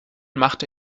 machte